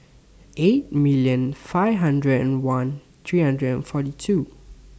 eight million five hundred and one three hundred and forty two